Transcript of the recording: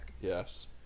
Yes